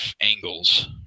angles